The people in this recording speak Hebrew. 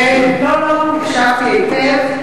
ולא הפריעו לך?